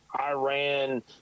Iran